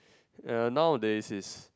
uh nowadays it's